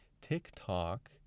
TikTok